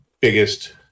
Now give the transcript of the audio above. biggest